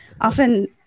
often